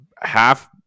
half